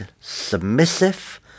submissive